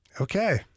Okay